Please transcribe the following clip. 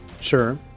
Sure